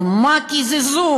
על מה קיזזו?